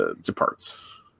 departs